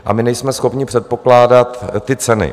A my nejsme schopni předpokládat ty ceny.